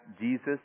Jesus